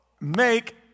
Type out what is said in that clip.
make